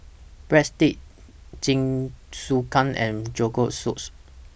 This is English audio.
Breadsticks Jingisukan and Rogan Josh